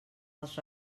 els